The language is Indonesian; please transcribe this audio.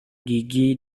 gigi